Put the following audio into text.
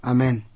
Amen